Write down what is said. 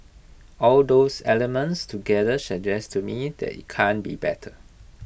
all those elements together suggest to me that IT can't be better